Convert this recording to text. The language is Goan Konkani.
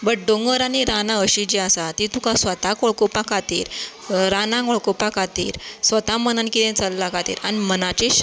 बट डवहू़ दोंगोर आनी राना अशीं जीं आसा तीं तुकां स्वताक वळखुपा खातीर ओ रानाक वळखुपा खातीर स्वता मनान कितें चल्लां खातीर आनी मनाचे